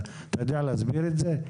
אתה יודע להסביר את זה?